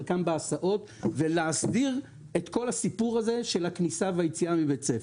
חלקם בהסעות ולהסדיר את כל הסיפור הזה של הכניסה ויציאה מבית הספר.